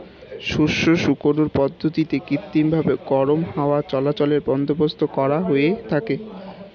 শস্য শুকানোর পদ্ধতিতে কৃত্রিমভাবে গরম হাওয়া চলাচলের বন্দোবস্ত করা হয়ে থাকে